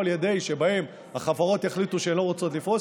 שבהם החברות יחליטו שהן לא רוצות לפרוס,